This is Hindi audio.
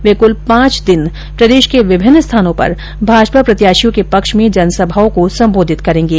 वे कुल पांच दिन प्रदेश के विभिन्न स्थानों पर भाजपा प्रत्याशियों के पक्ष में जनसभाओं को सम्बोधित करेंगे